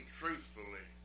truthfully